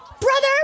Brother